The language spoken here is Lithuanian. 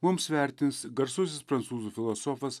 mums vertins garsusis prancūzų filosofas